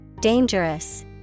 Dangerous